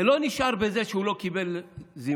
זה לא נשאר בזה שהוא לא קיבל זימון,